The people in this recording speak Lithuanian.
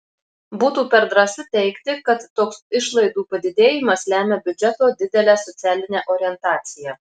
būtų per drąsu teigti kad toks išlaidų padidėjimas lemia biudžeto didelę socialinę orientaciją